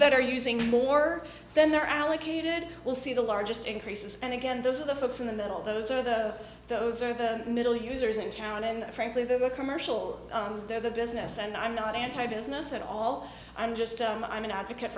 that are using more than they're allocated will see the largest increases and again those are the folks in the middle those are the those are the middle users in town and frankly the commercial there the business and i'm not anti business at all i'm just i'm i'm an advocate